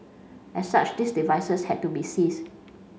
as such these devices had to be seized